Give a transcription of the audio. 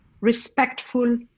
respectful